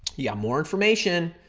yeah more information,